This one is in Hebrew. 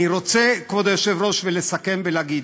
אני רוצה, כבוד היושב-ראש, לסכם ולהגיד: